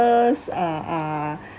are are